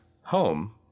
home